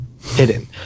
hidden